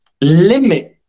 limit